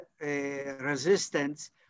resistance